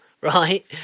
right